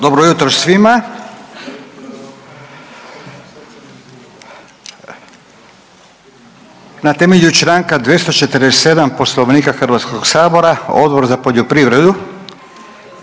Dobro jutro svima. Na temelju čl. 247 Poslovnika HS-a Odbor za poljoprivredu